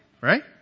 Right